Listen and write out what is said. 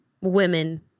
women